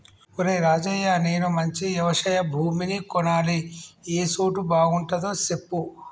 ఒరేయ్ రాజయ్య నేను మంచి యవశయ భూమిని కొనాలి ఏ సోటు బాగుంటదో సెప్పు